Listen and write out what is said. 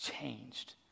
changed